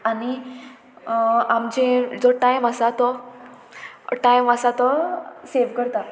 आनी आमचे जो टायम आसा तो टायम आसा तो टायम आसा तो सेव करता